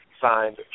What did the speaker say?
signed